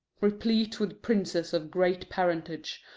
replete with princes of great parentage,